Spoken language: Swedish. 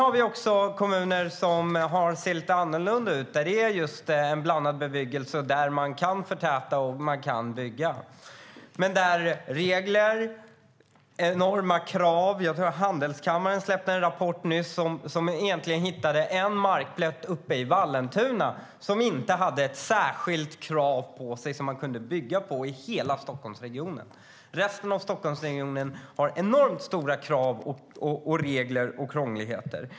Det finns också kommuner som ser lite annorlunda ut, där det är en blandad bebyggelse och man kan förtäta och bygga. Men där är det regler och enorma krav. Handelskammaren släppte nyligen en rapport enligt vilken man hade hittat en enda markplätt i hela Stockholmsregionen, i Vallentuna, som inte hade särskilda krav på sig utan som man kunde bygga på. Resten av Stockholmsregionen har enormt stora krav, regler och krångligheter.